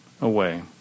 away